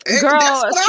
girl